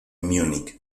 múnich